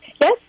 Yes